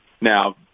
Now